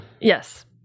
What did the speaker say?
Yes